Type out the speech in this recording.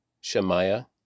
Shemaiah